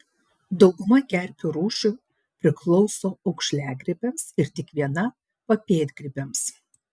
dauguma kerpių rūšių priklauso aukšliagrybiams ir tik viena papėdgrybiams